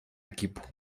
equipo